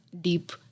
deep